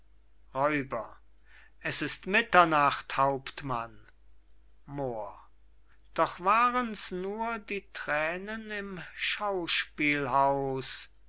es ist mitternacht hauptmann moor doch warens nur die thränen im schauspielhaus